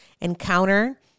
encounter